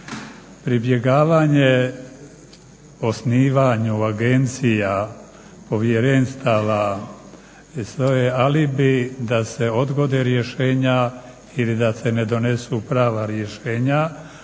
Pribjegavanje osnivanju agencija, povjerenstava i sve ali bi da se odgode rješenja ili da se ne donesu prava rješenja,